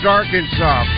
Arkansas